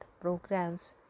programs